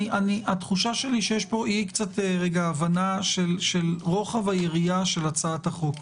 --- התחושה שלי היא שיש כאן קצת אי הבנה של רוחב היריעה של הצעת החוק.